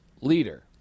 leader